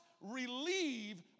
relieve